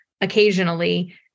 occasionally